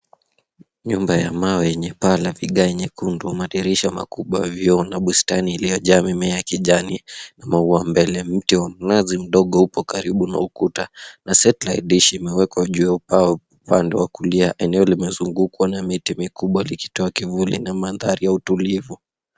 Nyumba ya mawe yenye paa la vigae nyekundu na madirisha kubwa ya vioo na bustani iliyo jaa mimea ya kijani na maua mbele. Mti mdogo wa mnazi mdogo uko karibu na ukuta na[cs ] satellite dish[cs ] imewekwa juu upande wa kulia. Eneo limezungukwa na miti mikubwa likitoa kivuli na mandhari ya utulivu.